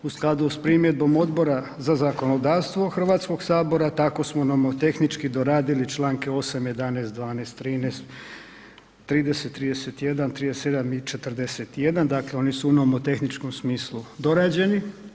U skladu s primjedbom Odbora za zakonodavstvo Hrvatskog sabora tako smo nomotehnički doradili Članke 8., 11., 12., 13., 30., 31., 37. i 41., dakle oni su u nomotehničkom smislu dorađeni.